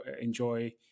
enjoy